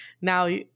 now